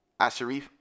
Asharif